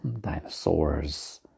Dinosaurs